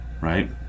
right